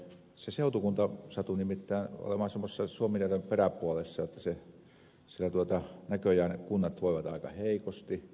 satun nimittäin olemaan semmoisessa suomineidon peräpuolessa jotta siellä ne kunnat näköjään voivat aika heikosti